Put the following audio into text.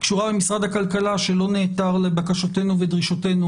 היא קשורה במשרד הכלכלה שלא נעדר לבקשותינו ולדרישותינו